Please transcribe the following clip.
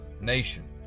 nation